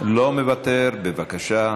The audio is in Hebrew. לא מוותר, בבקשה.